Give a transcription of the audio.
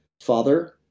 father